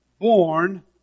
born